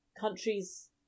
countries